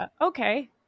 okay